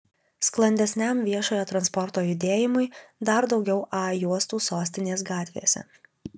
sklandesniam viešojo transporto judėjimui dar daugiau a juostų sostinės gatvėse